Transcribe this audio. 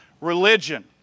religion